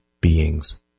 beings